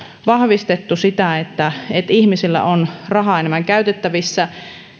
vahvistettu sitä että ihmisillä on rahaa enemmän käytettävissä